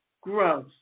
growth